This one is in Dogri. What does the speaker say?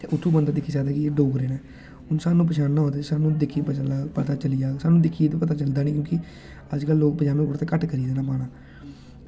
ते उत्थुं बंदा दिक्खी सकदा कि एह् डोगरे न हून सानूं पंछानना होग ते सानूं दिक्खियै पता चली जाह्ग ते सानूं दिक्खिै ते पता चलदा नी कि अज्जकल लोग पजामा कुर्ता घट्ट करी गेदे न पाना